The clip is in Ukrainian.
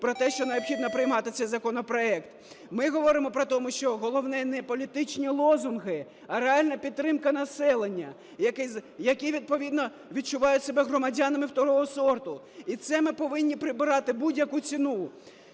про те, що необхідно приймати цей законопроект. Ми говоримо про те, що головне не політичні лозунги, а реальна підтримка населення, яке відповідно відчуває себе громадянамивторого сорту. І це ми повинні прибрати в будь-яку ціну.